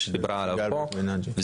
זה שדובר עליו פה וזהו.